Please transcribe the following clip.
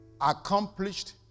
accomplished